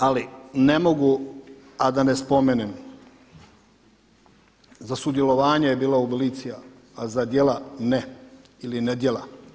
Ali ne mogu a da ne spomenem za sudjelovanje je bilo abolicija, a za djela ne ili nedjela.